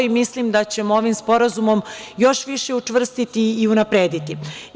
Mislim da ćemo je ovim sporazumom još više učvrstiti i unaprediti.